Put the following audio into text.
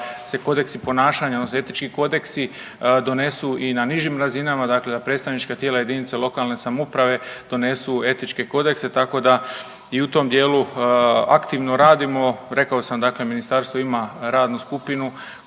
da se kodeksi ponašanja odnosno etički kodeksi donesu i na nižim razinama. Dakle, da predstavnička tijela jedinica lokalne samouprave donesu etičke kodekse tako da i u tom dijelu aktivno radimo. Rekao sam dakle ministarstvo ima radnu skupinu